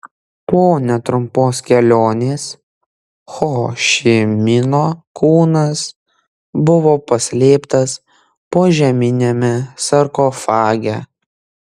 po netrumpos kelionės ho ši mino kūnas buvo paslėptas požeminiame sarkofage